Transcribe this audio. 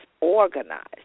organized